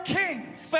kings